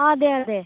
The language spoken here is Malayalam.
ആ അതെ അതെ